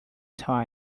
time